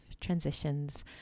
transitions